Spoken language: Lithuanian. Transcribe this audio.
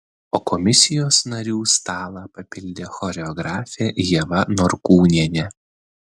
o komisijos narių stalą papildė choreografė ieva norkūnienė